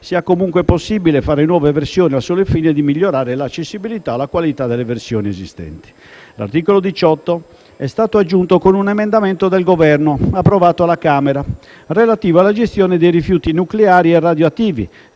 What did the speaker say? sia comunque possibile fare nuove versioni al solo fine di migliorare l'accessibilità o la qualità delle versioni esistenti. L'articolo 18 è stato aggiunto con un emendamento del Governo approvato alla Camera, relativo alla gestione dei rifiuti nucleari e radioattivi,